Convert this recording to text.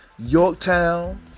Yorktown